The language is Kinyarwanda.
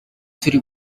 turi